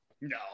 No